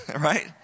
Right